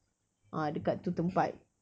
ah dekat tu tempat